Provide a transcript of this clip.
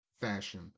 fashion